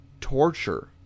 torture